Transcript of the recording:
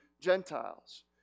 Gentiles